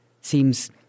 Seems